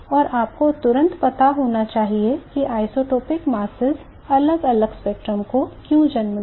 और आपको तुरंत पता होना चाहिए कि isotopic masses अलग अलग स्पेक्ट्रम को क्यों जन्म देगा